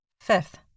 Fifth